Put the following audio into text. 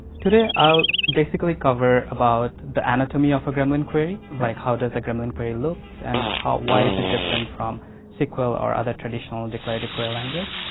today, i'll basically cover about the anatomy of a gremlin query. like how does a gremlin query look, and why is it different from sql or other traditional and declarative query language.